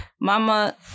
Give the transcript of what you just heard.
Mama